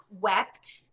wept